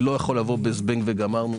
זה לא יכול לבוא בזבנג וגמרנו.